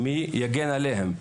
מי יגן עליהם,